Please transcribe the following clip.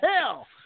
hell